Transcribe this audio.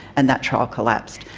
and that trial collapsed.